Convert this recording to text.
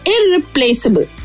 Irreplaceable